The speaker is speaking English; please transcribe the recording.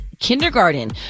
Kindergarten